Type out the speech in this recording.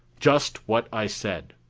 just what i said.